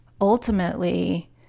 ultimately